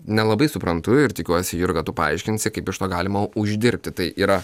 nelabai suprantu ir tikiuosi jurga tu paaiškinsi kaip iš to galima uždirbti tai yra